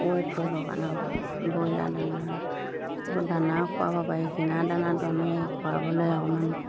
weight কৰিব কাৰণে broiler দানা সেইবোৰ দানাও খোৱাব পাৰি কিনা দানাটো আমি খোৱাবলৈ অকণমান